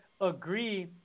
agree